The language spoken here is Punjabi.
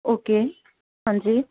ਓਕੇ ਹਾਂਜੀ